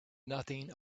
nothing